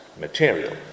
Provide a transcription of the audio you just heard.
material